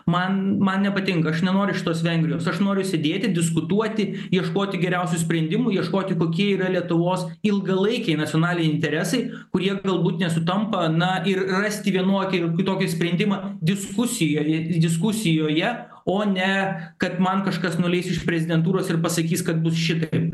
man man nepatinka aš nenoriu šitos vengrijos aš noriu sėdėti diskutuoti ieškoti geriausių sprendimų ieškoti kokie yra lietuvos ilgalaikiai nasionaliai interesai kurie galbūt nesutampa na ir rasti vienokį ar kitokį sprendimą diskusijoj diskusijoje o ne kad man kažkas nuleis iš prezidentūros ir pasakys kad bus šitaip